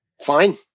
fine